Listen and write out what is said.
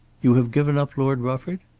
you have given up lord rufford?